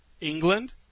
England